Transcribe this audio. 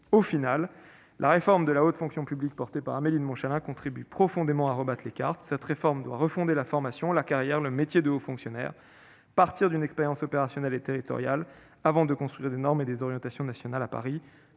Quant à la réforme de la haute fonction publique portée par Amélie de Montchalin, elle contribue profondément à rebattre les cartes. Cette réforme doit refonder la formation, la carrière, le métier des hauts fonctionnaires ; on partira désormais d'une expérience opérationnelle et territoriale avant de construire des normes et des orientations nationales depuis